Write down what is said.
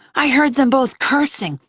i heard them both cursing,